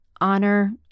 honor